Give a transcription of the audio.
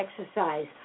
Exercise